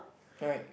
right